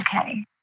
okay